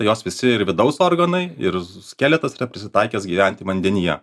jos visi ir vidaus organai ir skeletas yra prisitaikęs gyventi vandenyje